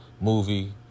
movie